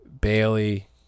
Bailey